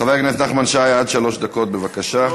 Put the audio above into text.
חבר הכנסת נחמן שי, עד שלוש דקות, בבקשה.